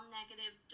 negative